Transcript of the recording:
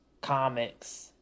comics